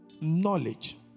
Knowledge